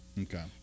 Okay